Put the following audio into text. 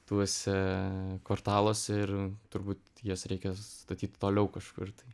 tuose kvartaluose ir turbūt jas reikės statyt toliau kažkur tai